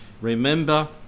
remember